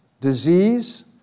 disease